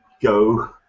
go